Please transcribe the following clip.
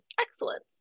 excellence